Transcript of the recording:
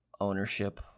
ownership